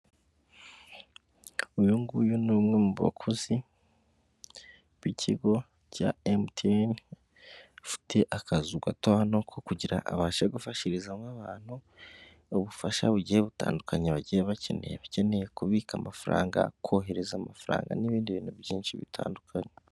Uyu nguyu ni umwe mu bakozi b'ikigo cya emutiyeni ufite akazu gato hano ko kugira abashe gufashirizamo abantu ubufasha bugiye gutandukanye bagiye bakeneye abakeneye kubika amafaranga kohereza amafaranga n'ibindi bintu byinshi bitandukanye.